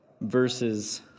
verses